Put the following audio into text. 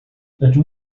rydw